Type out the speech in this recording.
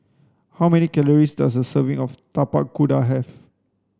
how many calories does a serving of tapak kuda have